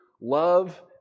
Love